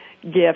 gift